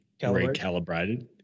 recalibrated